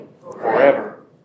forever